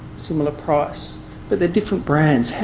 similar price but they're different brands.